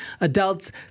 adults